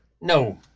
No